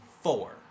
Four